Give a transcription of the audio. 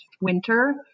winter